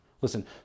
Listen